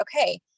okay